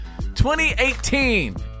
2018